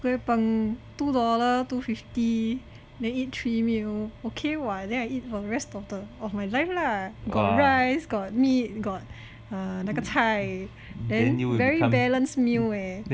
kway peng two dollar two fifty then eat three meal okay [what] then I eat for the rest of the of my life lah got rice got mean got 那个菜 then very balanced meal leh